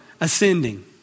ascending